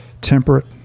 temperate